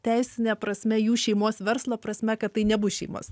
teisine prasme jų šeimos verslo prasme kad tai nebus šeimos